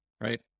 right